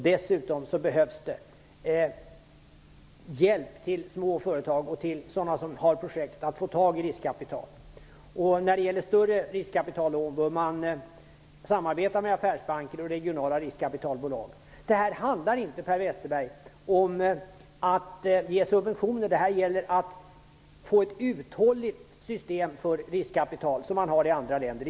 Dessutom behövs det hjälp att få tag i riskkapital för små företag och för sådana som har projekt. När det gäller större riskkapital bör man samarbeta med affärsbanker och regionala riskkapitalbolag. Det handlar inte om att ge subventioner, Per Westerberg. Det gäller att få ett uthålligt system för riskkapital, som man har i andra länder.